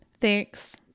Thanks